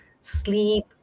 sleep